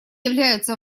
являются